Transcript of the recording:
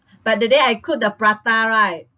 but that day I cook the prata right